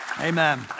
Amen